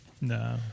No